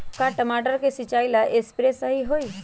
का टमाटर के सिचाई ला सप्रे सही होई?